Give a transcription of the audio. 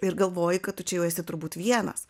ir galvoji kad tu čia jau esi turbūt vienas